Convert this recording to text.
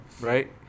Right